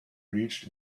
reached